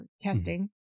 testing